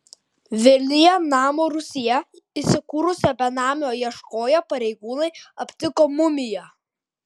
vilniuje namo rūsyje įsikūrusio benamio ieškoję pareigūnai aptiko mumiją